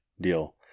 deal